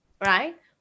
right